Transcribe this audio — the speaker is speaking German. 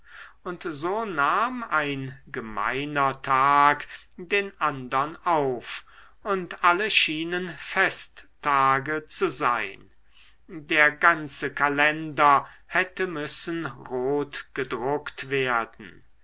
und so nahm ein gemeiner tag den andern auf und alle schienen festtage zu sein der ganze kalender hätte müssen rot gedruckt werden